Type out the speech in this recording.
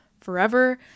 forever